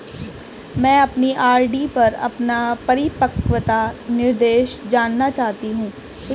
मैं अपनी आर.डी पर अपना परिपक्वता निर्देश जानना चाहती हूँ